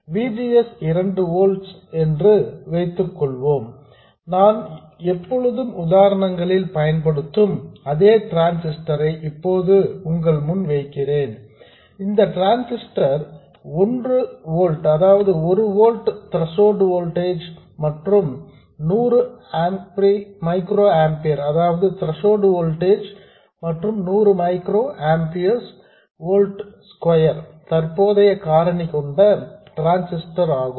V G S 2 volts என்று வைத்துக் கொள்வோம் நான் எப்பொழுதும் உதாரணங்களில் பயன்படுத்தும் அதே டிரான்ஸிஸ்டர் ஐ இப்போதும் உங்கள் முன் வைக்கிறேன் இந்த டிரான்சிஸ்டர் 1 ஓல்ட் த்ரசோல்டு வோல்டேஜ் மற்றும் 100 மைக்ரோஆம்பியர் வோல்ட் ஸ்கொயர் தற்போதைய காரணியை கொண்ட டிரான்ஸிஸ்டர் ஆகும்